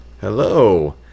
Hello